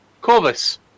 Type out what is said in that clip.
Corvus